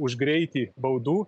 už greitį baudų